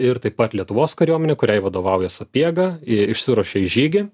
ir taip pat lietuvos kariuomenė kuriai vadovauja sapiega išsiruošia į žygį